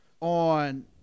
On